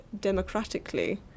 democratically